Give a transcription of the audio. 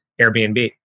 Airbnb